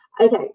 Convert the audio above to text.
Okay